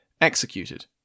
executed